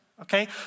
okay